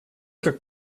как